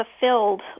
fulfilled